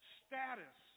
status